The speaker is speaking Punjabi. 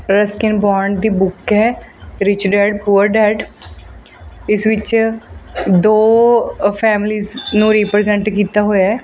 ਰਸਕਿਨ ਬੋਂਡ ਦੀ ਬੁੱਕ ਹੈ ਰਿਚ ਡੈਡ ਪੂਅਰ ਡੈਡ ਇਸ ਵਿੱਚ ਦੋ ਫੈਮਿਲੀਜ਼ ਨੂੰ ਰੀਪ੍ਰਜੈਂਟ ਕੀਤਾ ਹੋਇਆ